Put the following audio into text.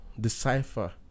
decipher